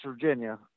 Virginia